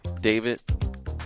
David